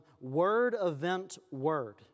word-event-word